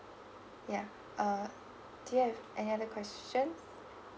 yeah uh do you have any other questions